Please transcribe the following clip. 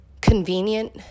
convenient